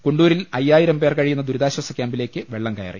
കുണ്ടൂ രിൽ അയ്യായിരം പേർ കഴിയുന്ന ദുരിതാശ്ചാസ ക്യാമ്പിലേക്ക് വെള്ളം കയറി